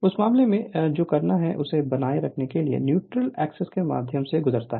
उस मामले में जो करना है उसे बताएं कि यह न्यूट्रल एक्सिस के माध्यम से गुजरता है